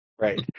Right